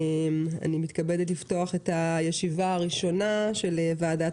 אני מתכבדת לפתוח את הישיבה הראשונה של ועדת